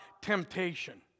temptation